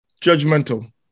judgmental